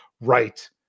right